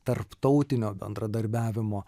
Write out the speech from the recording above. tarptautinio bendradarbiavimo